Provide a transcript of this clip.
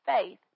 faith